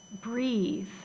breathe